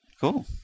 Cool